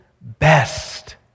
best